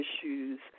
issues